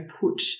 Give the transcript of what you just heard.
put